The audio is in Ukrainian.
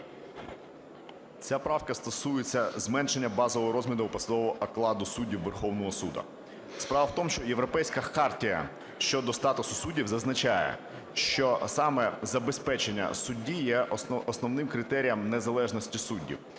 Ця правка стосується зменшення базового розміру посадового окладу суддів Верховного Суду. Справа в тому, що Європейська хартія щодо статусу суддів зазначає, що саме забезпечення судді є основним критерієм незалежності суддів.